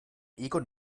egon